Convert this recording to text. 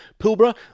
Pilbara